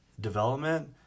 development